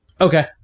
Okay